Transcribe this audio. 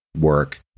work